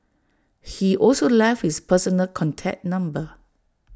he also left his personal contact number